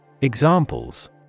Examples